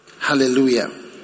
Hallelujah